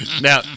now